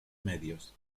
medios